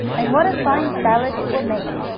and what a fine salad it will make.